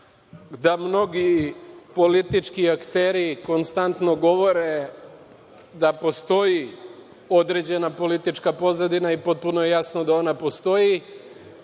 da mnogi politički akteri konstantno govore da postoji određena politička pozadina, i potpuno je jasno da ona postoji,